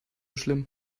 schlimm